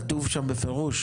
כתוב שם בפירוש,